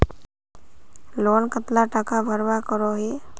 Loan कतला टाका भरवा करोही?